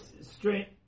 straight